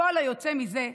הפועל היוצא מזה,